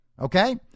Okay